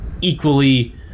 equally